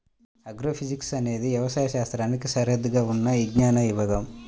agrophysics అనేది వ్యవసాయ శాస్త్రానికి సరిహద్దుగా ఉన్న విజ్ఞాన విభాగం